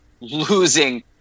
losing –